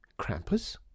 Krampus